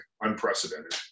unprecedented